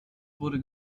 wurde